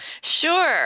Sure